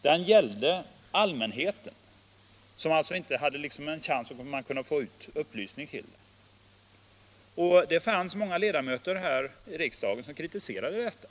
Man hade således ingen möjlighet att få ut upplysning om lagen till den allmänhet som den berörde. Många ledamöter här i riksdagen kritiserade detta.